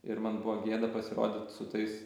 ir man buvo gėda pasirodyt su tais